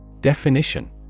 Definition